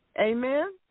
Amen